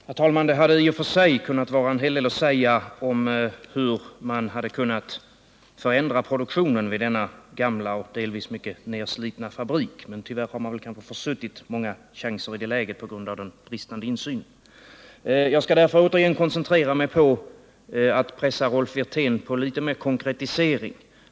Herr talman! Det hade i och för sig funnits en hel del att säga om hur man hade kunnat förändra produktionen vid denna gamla och delvis mycket nedslitna fabrik, men tyvärr har man väl kanske försuttit många chanser i det läget på grund av den bristande insynen. Jag skall därför återigen koncentrera mig på att pressa Rolf Wirtén på mer konkretisering.